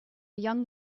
young